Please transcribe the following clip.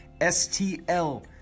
STL